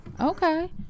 Okay